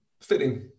fitting